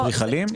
אדריכלים,